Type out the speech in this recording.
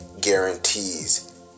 guarantees